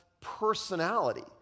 personality